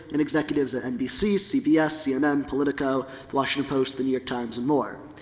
and executives at nbc, cbs, cnn, politico, the washington post, the new york times, and more.